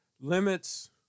limits